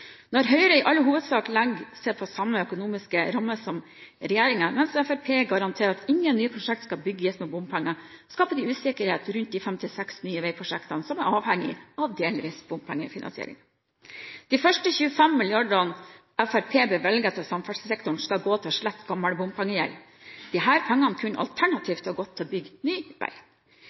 Når Høyre i all hovedsak legger seg på samme økonomiske ramme som regjeringen, mens Fremskrittspartiet garanterer at ingen nye prosjekter skal bygges med bompenger, skaper de usikkerhet rundt de 56 nye veiprosjektene som er avhengig av delvis bompengefinansiering. De første 25 mrd. kr Fremskrittspartiet bevilger til samferdselssektoren, skal gå til å slette gammel bompengegjeld. Disse pengene kunne alternativt ha gått til å bygge ny